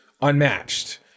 unmatched